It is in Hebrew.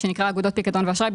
שנקרא אגודות פיקדון ואשראי,